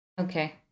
Okay